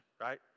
right